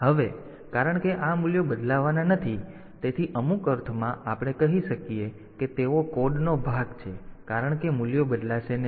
હવે કારણ કે આ મૂલ્યો બદલાવાના નથી તેથી અમુક અર્થમાં આપણે કહી શકીએ કે તેઓ કોડનો ભાગ છે કારણ કે મૂલ્યો બદલાશે નહીં